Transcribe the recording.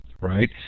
right